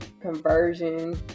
conversion